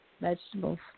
Vegetables